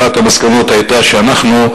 אחת המסקנות היתה שאנחנו,